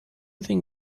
think